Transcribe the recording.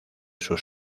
sus